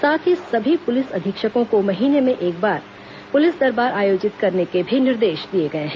साथ ही सभी पुलिस अधीक्षकों को महीने में एक बार पुलिस दरबार आयोजित करने के भी निर्देश दिए गए हैं